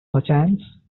perchance